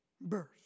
birth